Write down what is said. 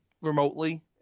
remotely